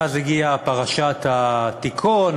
ואז הגיעה פרשת התיקוֹן,